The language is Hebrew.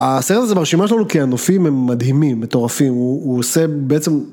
הסרט הזה ברשימה שלנו כי הנופים הם מדהימים, מטורפים, הוא עושה בעצם...